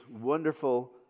wonderful